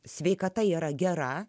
sveikata yra gera